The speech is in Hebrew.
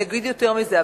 אני אגיד יותר מזה,